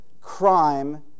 crime